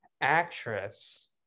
actress